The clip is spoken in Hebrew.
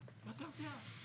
אדוני היושב-ראש, אתה יודע.